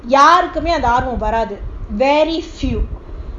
யாருக்குமேஅந்தஆர்வம்வராது:yarukume andha arvam varathu very few